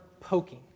poking